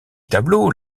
tableaux